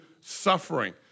suffering